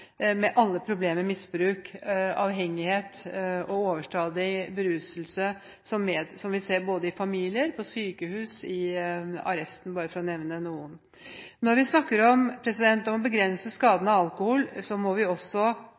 med alle problemer misbruk, avhengighet og overstadig beruselse medfører, noe vi ser både i familier, på sykehus og i arresten, bare for å nevne noe. Når vi snakker om å begrense skadene av alkohol, må vi også